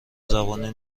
زبانه